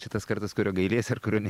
čia tas kartas kurio gailiesi ar kurio ne